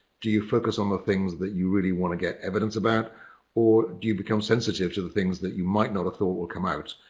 do you focus on the things that you really want to get evidence about or do you become sensitive to the things that you might not of thought will come out.